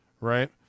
Right